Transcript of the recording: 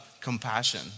compassion